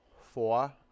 four